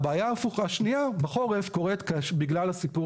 הבעיה ההפוכה בחורף קורית בגלל הסיפור